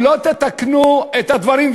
אם לא תתקנו את הדברים,